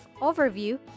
overview